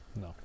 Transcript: No